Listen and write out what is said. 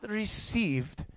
received